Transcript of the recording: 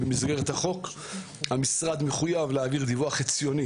במסגרת החוק המשרד מחויב להעביר דיווח חציוני